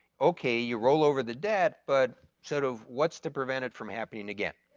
okay, you roll over the debt but sort of what's to prevent it from happening again?